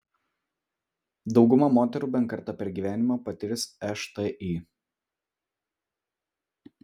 dauguma moterų bent kartą per gyvenimą patirs šti